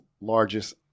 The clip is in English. largest